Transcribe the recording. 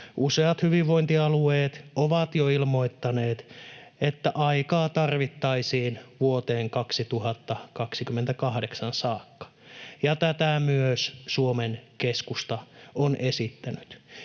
Useat hyvinvointialueet ovat jo ilmoittaneet, että aikaa tarvittaisiin vuoteen 2028 saakka, ja tätä myös Suomen Keskusta on esittänyt.